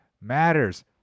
matters